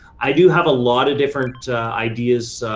i do have a lot of different ideas. ah,